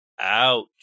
Ouch